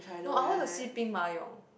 no I want to see